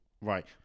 right